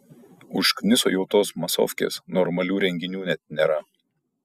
užkniso jau tos masofkės normalių renginių net nėra